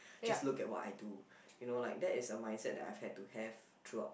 just look at what I do you know like that is a mindset I've had to have throughout